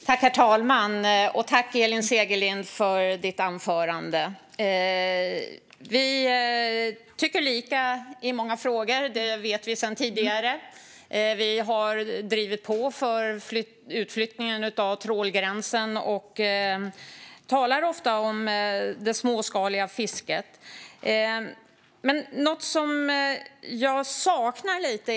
Herr talman! Jag tackar Elin Segerlind för anförandet. Vi tycker lika i mycket, och det vet vi sedan tidigare. Vi har drivit på för utflyttningen av trålgränsen och talar ofta om det småskaliga fisket.